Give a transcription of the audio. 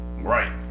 Right